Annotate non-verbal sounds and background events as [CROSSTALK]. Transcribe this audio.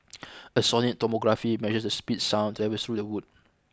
[NOISE] a sonic tomography measures the speed sound travel through the wood